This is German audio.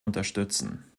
unterstützen